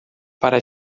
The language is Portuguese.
para